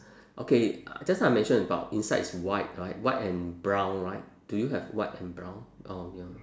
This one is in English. okay just now I mention about inside is white right white and brown right do you have white and brown